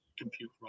compute